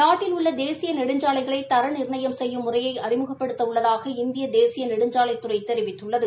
நாட்டில் உள்ள தேசிய நெடுஞ்சாலைகளை தர நிர்ணயம் செய்யும் முறையை அழிமுகப்படுத்த உள்ளதாக இந்திய தேசிய நெடுஞ்சாலைத்துறை தெரிவித்துள்ளது